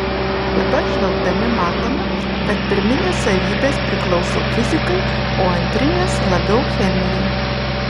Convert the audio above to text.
dabar žvelgdami matome kad pirminės savybės priklauso fizikai o antrinės labiau chemijai